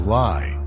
lie